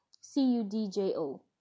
c-u-d-j-o